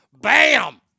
Bam